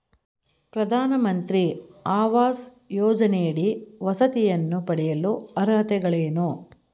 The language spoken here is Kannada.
ಪ್ರಧಾನಮಂತ್ರಿ ಆವಾಸ್ ಯೋಜನೆಯಡಿ ವಸತಿಯನ್ನು ಪಡೆಯಲು ಅರ್ಹತೆಗಳೇನು?